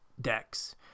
decks